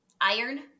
iron